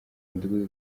mudugudu